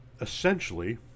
essentially